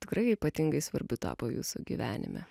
tikrai ypatingai svarbiu tapo jūsų gyvenime